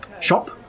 shop